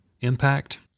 impact